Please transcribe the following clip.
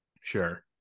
Sure